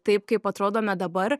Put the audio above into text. taip kaip atrodome dabar